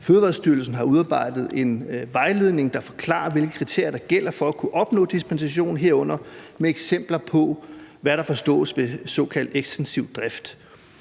Fødevarestyrelsen har udarbejdet en vejledning, der forklarer, hvilke kriterier der gælder for at kunne opnå dispensation, herunder med eksempler på, hvad der forstås ved såkaldt ekstensiv drift.